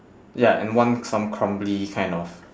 ya and one some crumbly kind of